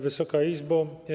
Wysoka Izbo!